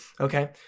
okay